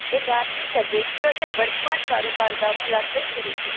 ਇਹ ਬਾਹਰਲੀ ਸਰਵਿਸ ਤੁਹਾਡੇ ਵਰਤਮਾਨ ਕਾਰੋਬਾਰ ਦਾ ਮੁਲਾਂਕਣ ਕਰੇਗੀ